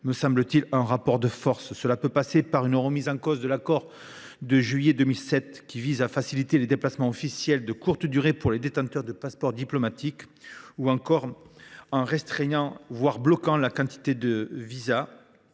instaurer un rapport de force. Cela peut passer par une remise en cause de l’accord de juillet 2007 qui vise à faciliter les déplacements officiels de courte durée pour les détenteurs de passeports diplomatiques ; cela peut aussi signifier restreindre, voire bloquer, la quantité de visas